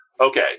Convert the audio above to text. Okay